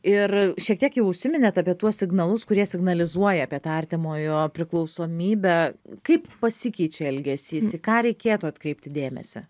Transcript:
ir šiek tiek jau užsiminėt apie tuos signalus kurie signalizuoja apie tą artimojo priklausomybę kaip pasikeičia elgesys į ką reikėtų atkreipti dėmesį